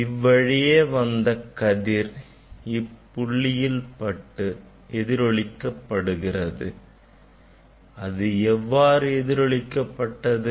இவ்வழியே வந்த கதிர் இப்புள்ளியில் பட்டு எதிரொளிக்கப்படுகிறது அது எவ்வாறு எதிரொளிக்கப்பட்டது